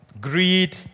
greed